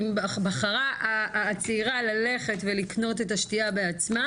אם בחרה הצעירה ללכת ולקנות את השתייה בעצמה,